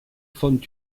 font